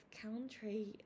country